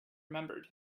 remembered